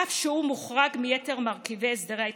אף שהוא מוחרג מיתר מרכיבי הסדרי ההתחשבנות.